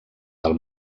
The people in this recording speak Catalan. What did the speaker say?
del